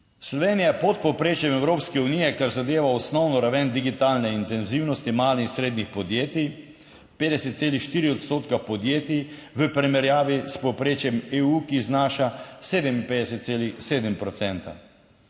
Slovenija je pod povprečjem Evropske unije, kar zadeva osnovno raven digitalne intenzivnosti malih in srednjih podjetij: 50,4 odstotka podjetij v primerjavi s povprečjem EU, ki znaša 57,7